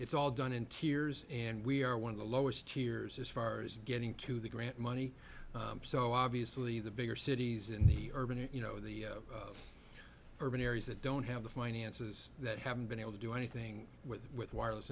it's all done in tears and we are one of the lowest cheers as far as getting to the grant money so obviously the bigger cities in the urban you know the urban areas that don't have the finances that haven't been able to do anything with with wireless